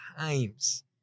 times